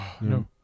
no